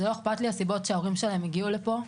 לא אכפת לי הסיבות שההורים שלהם הגיעו לפה,